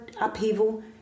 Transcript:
upheaval